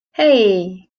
hey